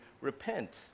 repent